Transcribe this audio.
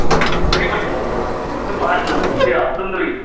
சரிங்கய்யா சரி பண்ணிடுலாங்கய்யா நீங்கள் வந்து பாருங்கள் நாளைக்கு அப்படியே அசந்துடுவீங்க